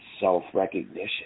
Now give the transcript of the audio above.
self-recognition